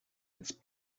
its